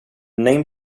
name